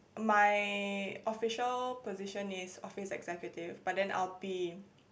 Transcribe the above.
my official position is office-executive but then I'll be